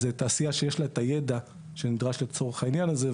זה תעשייה שיש לה את הידע שנדרש לצורך העניין הזה,